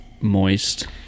moist